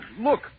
Look